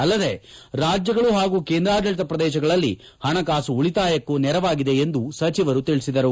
ಅಲ್ಲದೆ ರಾಜ್ಯಗಳು ಪಾಗೂ ಕೇಂದ್ರಾಡಳಿತ ಪ್ರದೇಶಗಳಲ್ಲಿ ಪಣಕಾಸು ಉಳಿತಾಯಕ್ಕೂ ನೆರವಾಗಿದೆ ಎಂದು ಸಚಿವರು ತಿಳಿಸಿದರು